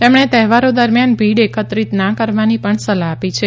તેમણે તહેવારો દરમિયાન ભીડ એકત્રિત ન કરવાની પણ સલાહ આપી છે